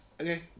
Okay